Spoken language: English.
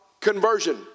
conversion